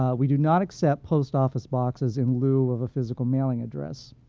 ah we do not accept post office boxes in lieu of a physical mailing address,